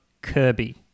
Kirby